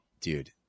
Dude